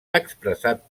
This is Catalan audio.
expressat